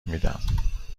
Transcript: میدم